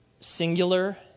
singular